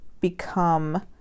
become